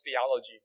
theology